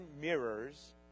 mirrors